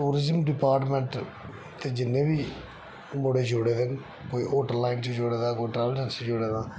tourism department ते जिन्ने बी हैन मुड़े जुड़े दे न कोई होटल लाइन च जुड़े दा कोई ट्रैवल एजेंसी जुड़े दा